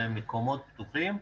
במקומות פתוחים,